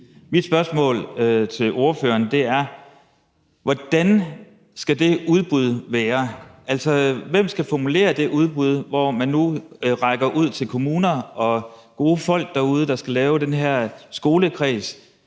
Mit spørgsmål til ordføreren er: Hvordan skal det udbud være, altså hvem skal formulere det udbud? Nu rækker man ud til kommuner og gode folk derude, der skal lave den her skolekreds,